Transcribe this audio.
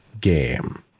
game